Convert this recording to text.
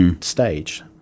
stage